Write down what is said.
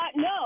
No